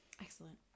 Excellent